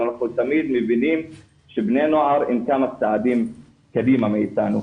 אנחנו תמיד מבינים שבני נוער הם כמה צעדים קדימה מאיתנו.